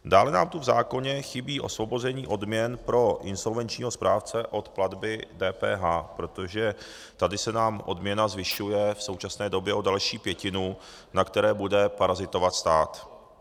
Dále nám tu v zákoně chybí osvobození odměn pro insolvenčního správce od platby DPH, protože tady se nám odměna zvyšuje v současné době o další pětinu, na které bude parazitovat stát.